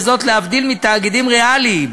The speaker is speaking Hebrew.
וזאת להבדיל מתאגידים ריאליים.